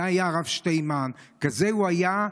זה היה הרב שטיינמן, כזה הוא היה.